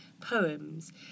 poems